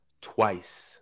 twice